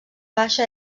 baixa